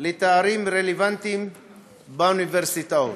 לתארים רלוונטיים באוניברסיטאות,